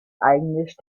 eigentlich